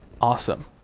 awesome